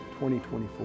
2024